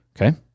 Okay